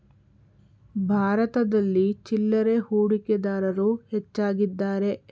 ಭಾರತದಲ್ಲಿ ಚಿಲ್ಲರೆ ಹೂಡಿಕೆದಾರರು ಹೆಚ್ಚಾಗಿದ್ದಾರೆ